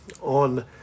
on